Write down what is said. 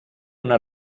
una